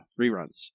reruns